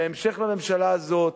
ובהמשך בממשלה הזאת,